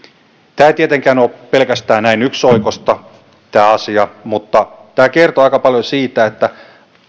tämä asia ei tietenkään ole pelkästään näin yksioikoista mutta tämä kertoo aika paljon siitä että